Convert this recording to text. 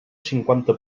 cinquanta